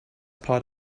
part